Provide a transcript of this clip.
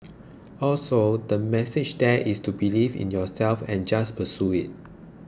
also the message there is to believe in yourself and just pursue it